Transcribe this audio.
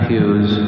Hughes